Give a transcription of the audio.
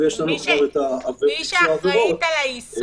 ויש לנו כבר את ביצוע העבירות -- מי שאחראית על היישום